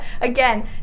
Again